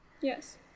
Yes